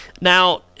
Now